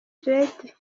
dread